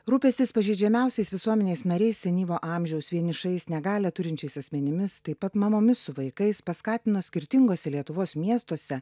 rūpestis pažeidžiamiausiais visuomenės nariais senyvo amžiaus vienišais negalią turinčiais asmenimis taip pat mamomis su vaikais paskatino skirtinguose lietuvos miestuose